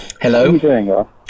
hello